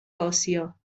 آسیا